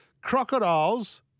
Crocodiles